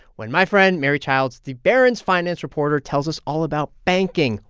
when my friend mary childs, the barron's finance reporter, tells us all about banking,